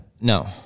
No